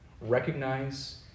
recognize